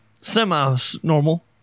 semi-normal